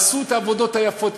עשו את העבודות היפות,